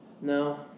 No